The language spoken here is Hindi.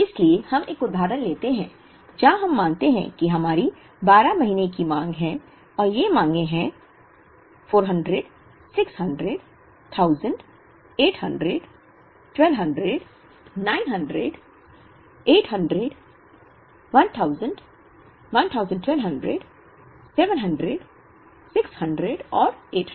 इसलिए हम एक उदाहरण लेते हैं जहां हम मानते हैं कि हमारी 12 महीने की मांग है और ये मांगें हैं 400 600 1000 800 1200 900 800 1000 1200 700 600 और 800